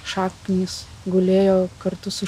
šaknys gulėjo kartu su